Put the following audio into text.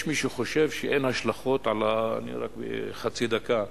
יש מי שחושב שאין השלכות, רק חצי דקה.